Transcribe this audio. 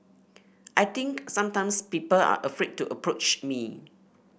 I think sometimes people are afraid to approach me